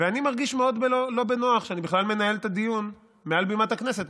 ואני מרגיש מאוד לא בנוח שאני בכלל מנהל את הדיון מעל בימת הכנסת,